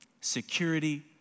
Security